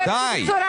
כזאת.